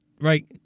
right